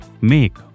Make